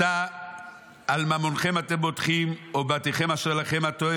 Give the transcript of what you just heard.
עתה על ממונכם אתם בוטחים, או בתיכם לכם הם.